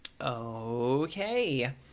okay